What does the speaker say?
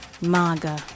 MAGA